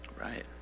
Right